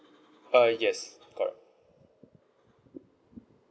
uh yes correct